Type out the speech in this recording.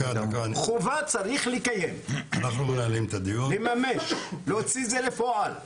חובה צריך לקיים ולהוציא את זה לפועל.